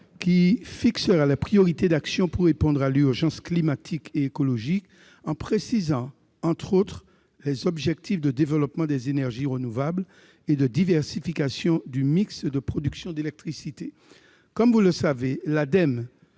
qui fixera les priorités d'action pour répondre à l'urgence climatique et écologique, en précisant, entre autres, les objectifs de développement des énergies renouvelables et de diversification du mix de production d'électricité. Comme vous le savez, l'Agence